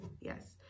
yes